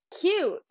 cute